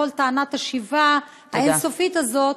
כל טענת השיבה האין-סופית הזאת,